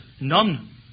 none